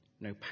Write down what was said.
no